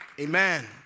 Amen